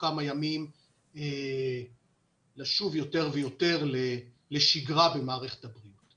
כמה ימים לשוב יותר ויותר לשגרה במערכת הבריאות.